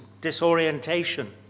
disorientation